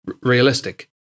realistic